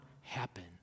happen